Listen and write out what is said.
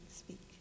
speak